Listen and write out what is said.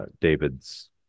David's